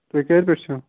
تُہۍ کَتہِ پٮ۪ٹھ چھِو